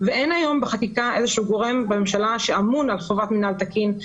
ואין היום בחקיקה איזה גורם בממשלה שאמון על חובת מינהל תקין,